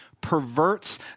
perverts